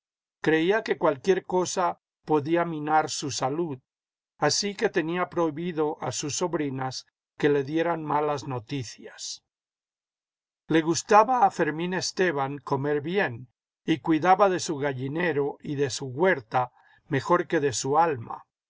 creía que cualquier cosa podía minar su salud así que tenía prohibido a sus sobrinas que le dieran malas noticias le gustaba a fermín esteban comer bien y cuidaba de su gallinero y de su huerta mejor que de su alma